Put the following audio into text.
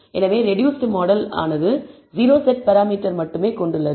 எனவே reduced model ஆனது o set parameter மட்டுமே கொண்டுள்ளது